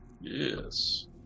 Yes